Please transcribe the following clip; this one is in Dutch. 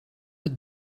het